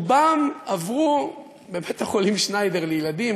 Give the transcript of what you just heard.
רובם עברו בבית-החולים שניידר לילדים,